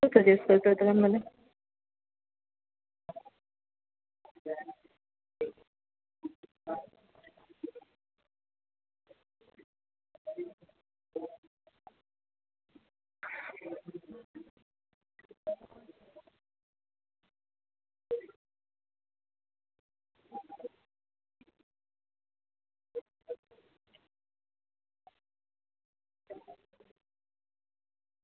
શું સજેસ્ટ કરશો તમે મને